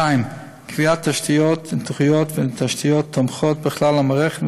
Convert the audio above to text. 2. קביעת תשתיות ניתוח ותשתיות תומכות בכלל המערכת,